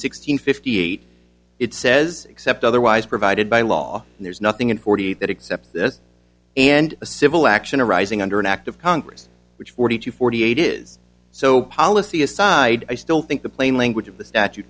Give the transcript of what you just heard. sixteen fifty eight it says except otherwise provided by law there's nothing in forty that except this and a civil action arising under an act of congress which forty two forty eight is so policy aside i still think the plain language of the statu